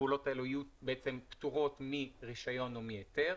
הפעולות האלו יהיו פטורות מרישיון או מהיתר.